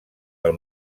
del